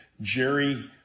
Jerry